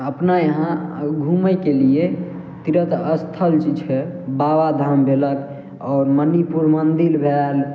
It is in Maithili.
अपना यहाँ घूमयके लिए तीर्थ स्थल जे छै बाबाधाम भेलय आओर मणिपुर मन्दिर भेल